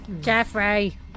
Jeffrey